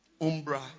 Umbra